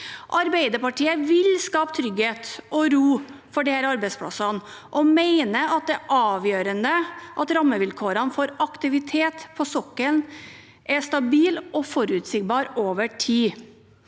Arbeiderpartiet vil skape trygghet og ro for disse arbeidsplassene og mener at det er avgjørende at rammevilkårene for aktivitet på sokkelen er stabile og forutsigbare over tid.